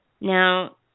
Now